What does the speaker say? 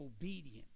obedient